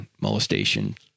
molestation